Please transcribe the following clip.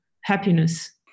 happiness